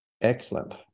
Excellent